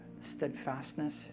steadfastness